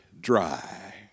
dry